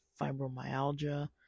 fibromyalgia